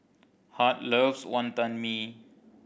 Hart loves Wantan Mee